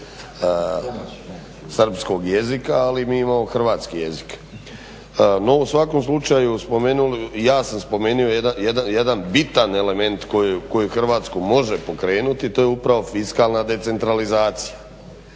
srpskog jezika ali mi imamo hrvatski jezik. No u svakom slučaju, ja sam spomenuo jedan bitan element koji Hrvatsku može pokrenuti, to je upravo fiskalna decentralizacija,